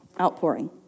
Outpouring